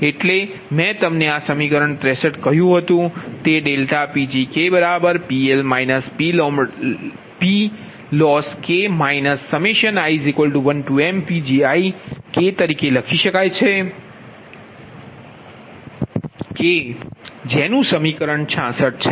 એટલે કે મેં તમને આ સમીકરણ 63 કહ્યું હતું તે ∆PgPL PLoss i1mPgiPgi તરીકે લખી શકાય છે કે જેનું સમીકરણ 66 છે